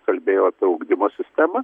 kalbėjau apie ugdymo sistemą